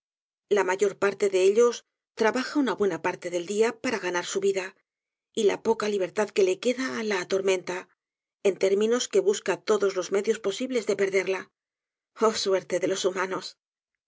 la mayor parte de ellos trabaja una buena parte del día para ganar su vida y la poca libertad que le queda la atormenta en términos que busca todos los medios posibles de perderla oh suerte de los humanos